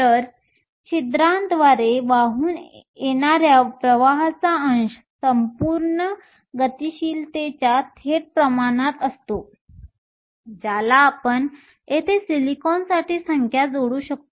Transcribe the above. तर छिद्रांद्वारे वाहून येणाऱ्या प्रवाहाचा अंश संपूर्ण गतिशीलतेच्या थेट प्रमाणात असतो ज्याला आपण येथे सिलिकॉनसाठी संख्या जोडू शकतो